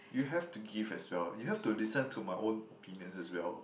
you have to give as well you have to listen to my own opinions as well